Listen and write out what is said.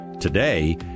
Today